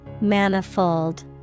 Manifold